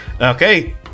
Okay